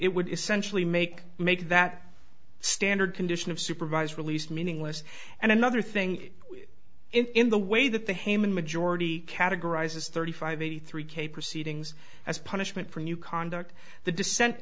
it would essentially make make that standard condition of supervised release meaningless and another thing in the way that the hayman majority categorizes thirty five eighty three k proceedings as punishment for new conduct the dissent